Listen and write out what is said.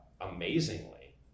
amazingly